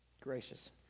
Gracious